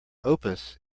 opus